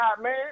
man